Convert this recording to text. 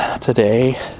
today